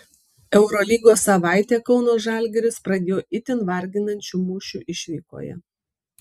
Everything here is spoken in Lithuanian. eurolygos savaitę kauno žalgiris pradėjo itin varginančiu mūšiu išvykoje